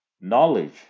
knowledge